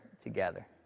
together